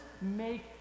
make